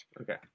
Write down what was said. Okay